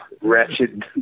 wretched